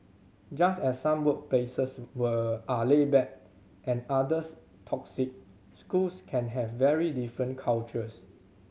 just as some workplaces were are laid back and others toxic schools can have very different cultures